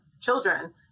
children